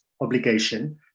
obligation